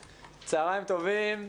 צוהריים טובים.